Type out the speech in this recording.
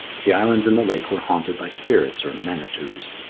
the islands in the lake were haunted by spirits or manitous,